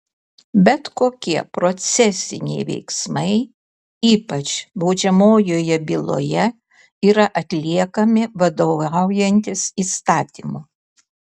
bet kokie procesiniai veiksmai ypač baudžiamojoje byloje yra atliekami vadovaujantis įstatymu